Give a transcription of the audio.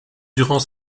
durant